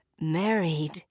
married